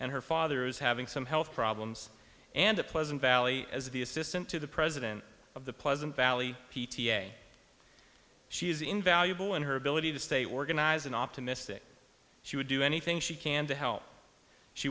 and her father is having some health problems and a pleasant valley as the assistant to the president of the pleasant valley p t a she is invaluable in her ability to stay organized and optimistic she would do anything she can to help she